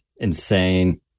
insane